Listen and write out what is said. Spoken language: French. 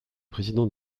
président